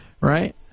right